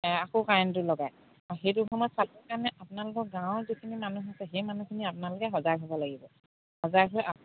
আকৌ কাৰেণ্টটো লগায় আৰু সেইটো সময়ত চাবৰ কাৰণে আপোনালোকৰ গাঁৱৰ যিখিনি মানুহ আছে সেই মানুহখিনি আপোনালোকে সজাগ হ'ব লাগিব সজাগ হৈ